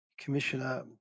Commissioner